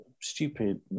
stupid